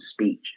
speech